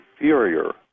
inferior